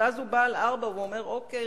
ואז הוא בא על ארבע ואומר: אוקיי,